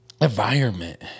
Environment